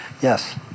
Yes